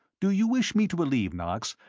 do you wish me to believe, knox,